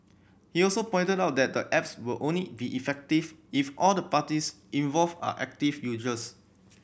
he also pointed out that the apps will only be effective if all the parties involved are active users